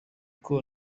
uko